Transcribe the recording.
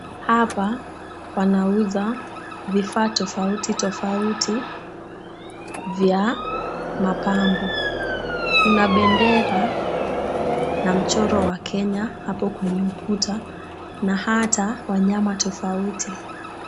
Hapa wanaauza vifaa tofauti tofauti vya mapambo. Kuna bendera na mchoro wa Kenya hapo kwenye ukuta na hata wanyama tofauti.